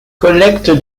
collecte